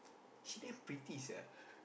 she damn pretty sia